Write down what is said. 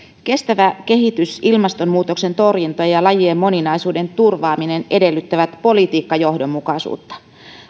kestävä kehitys ilmastonmuutoksen torjunta ja lajien moninaisuuden turvaaminen edellyttävät politiikkajohdonmukaisuutta